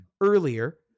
earlier